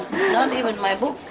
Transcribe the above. not even my books.